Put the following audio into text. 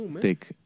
take